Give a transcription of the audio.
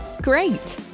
Great